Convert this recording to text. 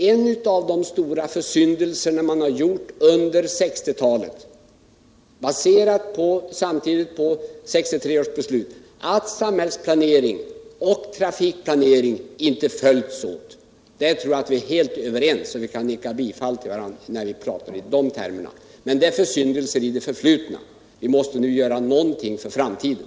En av de stora försyndelserna under 1960-talet, baserad på 1963 års trafikbeslut, var att samhällsplanering och trafikplanering inte följdes åt. På den punkten tror jag att vi är helt överens, så att vi kan nicka bifall till varandra när vi talar i de termerna. Men dessa försyndelser har ju gjorts i det förflutna, och vi måste nu göra någonting för framtiden!